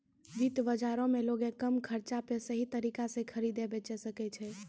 वित्त बजारो मे लोगें कम खर्चा पे सही तरिका से खरीदे बेचै सकै छै